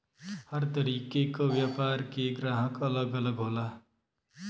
हर तरीके क व्यापार के ग्राहक अलग अलग होला